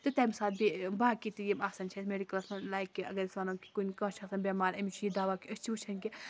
تہٕ تَمہِ ساتہٕ بیٚیہِ باقی تہِ یِم آسان چھِ اَسہِ مٮ۪ڈِکَلَس منٛز لایِک کہِ اَگر أسۍ وَنو کہِ کُنہِ کانٛہہ چھُ آسان بٮ۪مار أمِس چھُ یہِ دوا أسۍ چھِ وٕچھان کہِ